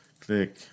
click